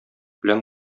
белән